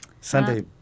Sunday